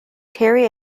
terry